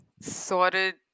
sorted